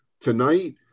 tonight